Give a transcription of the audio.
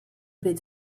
bit